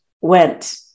went